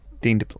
Dean